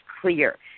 clear